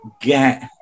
get